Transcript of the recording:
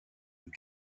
deux